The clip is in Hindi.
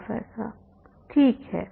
प्रोफेसर ठीक है